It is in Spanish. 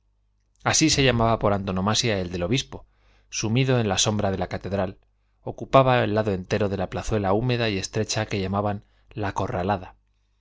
así se llamaba por antonomasia el del obispo sumido en la sombra de la catedral ocupaba un lado entero de la plazuela húmeda y estrecha que llamaban la corralada